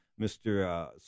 Mr